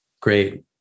great